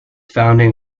founding